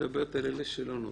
את מדברת על אלה שלא נותנים.